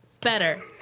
better